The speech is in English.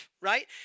right